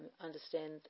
understand